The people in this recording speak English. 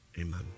Amen